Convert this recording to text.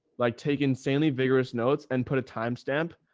like taking sanli vigorous notes and put a timestamp.